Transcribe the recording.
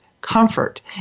comfort